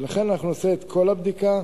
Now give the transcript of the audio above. ולכן, אנחנו נעשה את כל הבדיקה,